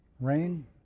rain